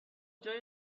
جای